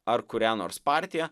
ar kurią nors partiją